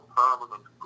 permanent